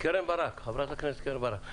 חברת הכנסת קרן ברק.